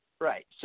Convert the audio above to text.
Right